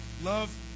Love